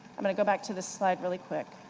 i'm going to go back to this slide really quick.